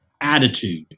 attitude